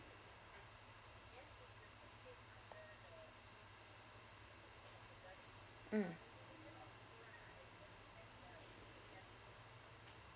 mm